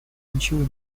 ничего